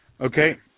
Okay